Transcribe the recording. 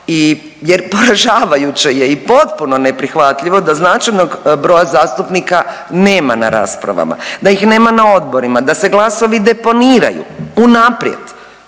Jer poražavajuće je i potpuno neprihvatljivo da značajnog broja zastupnika nema na raspravama, da ih nema na odborima, da se glasovi deponiraju unaprijed